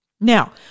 Now